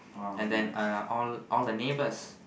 and then uh all all the neighbours